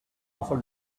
over